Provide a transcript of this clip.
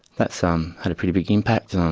that's um had a pretty big impact. um